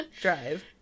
drive